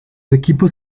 equipos